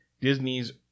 Disney's